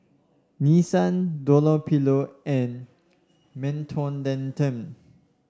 Nissan Dunlopillo and Mentholatum